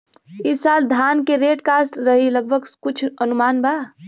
ई साल धान के रेट का रही लगभग कुछ अनुमान बा?